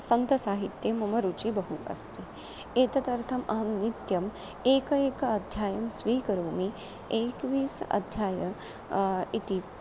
सन्तसाहित्ये मम रुचिः बहु अस्ति एतदर्थम् अहं नित्यम् एकम् एकम् अध्यायं स्वीकरोमि एकविंश अध्यायः इति